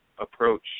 approach